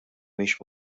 mhix